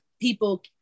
people